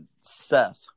Seth